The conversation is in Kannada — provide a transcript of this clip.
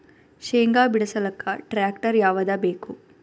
ಶೇಂಗಾ ಬಿಡಸಲಕ್ಕ ಟ್ಟ್ರ್ಯಾಕ್ಟರ್ ಯಾವದ ಬೇಕು?